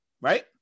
right